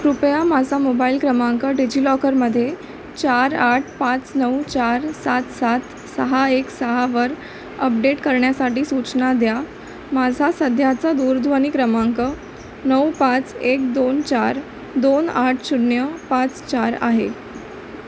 कृपया माझा मोबाईल क्रमांक डिजिलॉकरमध्ये चार आठ पाच नऊ चार सात सात सहा एक सहावर अपडेट करण्यासाठी सूचना द्या माझा सध्याचा दूरध्वनी क्रमांक नऊ पाच एक दोन चार दोन आठ शून्य पाच चार आहे